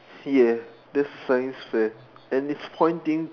yes there's a science fair and it's pointing